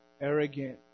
arrogant